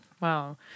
Wow